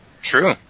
True